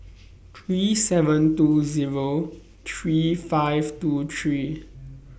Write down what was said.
three seven two Zero three five two three